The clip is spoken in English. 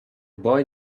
boy